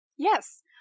Yes